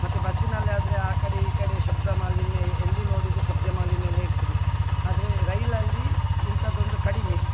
ಮತ್ತು ಬಸ್ಸಿನಲ್ಲಿ ಆದರೆ ಆ ಕಡೆ ಈ ಕಡೆ ಶಬ್ದ ಮಾಲಿನ್ಯ ಎಲ್ಲಿ ನೋಡಿದರು ಶಬ್ದ ಮಾಲಿನ್ಯ ಎಲ್ಲ ಇರ್ತದೆ ಆದರೆ ರೈಲಲ್ಲಿ ಇಂಥದ್ದೊಂದು ಕಡಿಮೆ